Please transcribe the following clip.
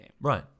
Right